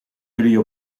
jullie